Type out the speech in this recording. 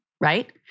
right